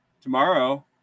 tomorrow